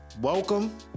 welcome